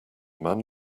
man